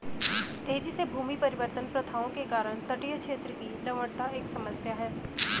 तेजी से भूमि परिवर्तन प्रथाओं के कारण तटीय क्षेत्र की लवणता एक समस्या है